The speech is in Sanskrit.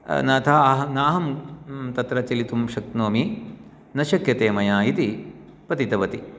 नाथ आहं नाहं तत्र चलितुं शक्नेमि न शक्यते मया इति पतितवती